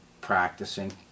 practicing